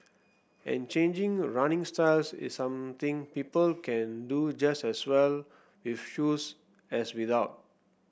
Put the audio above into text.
and changing running styles is something people can do just as well with shoes as without